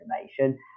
information